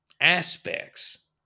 aspects